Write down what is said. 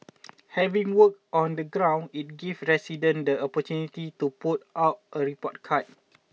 having worked on the ground it gives resident the opportunity to put out a report card